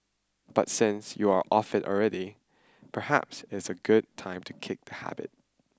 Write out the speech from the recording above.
but since you are off it already perhaps it's a good time to kick the habit